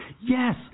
Yes